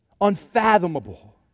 unfathomable